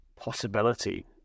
possibility